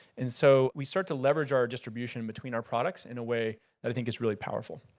and so we start to leverage our distribution between our products in a way that i think is really powerful.